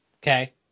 Okay